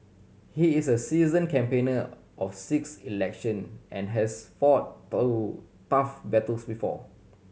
he is a seasoned campaigner of six election and has fought tough battles before